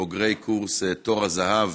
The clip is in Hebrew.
בוגרי קורס תור הזהב